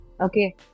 Okay